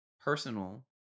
personal